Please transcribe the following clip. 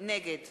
נגד